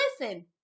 listen